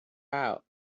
out